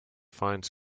finds